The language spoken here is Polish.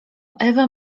ewa